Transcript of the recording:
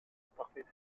parfaite